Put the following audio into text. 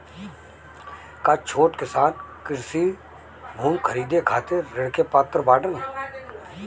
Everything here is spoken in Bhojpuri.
का छोट किसान कृषि भूमि खरीदे खातिर ऋण के पात्र बाडन?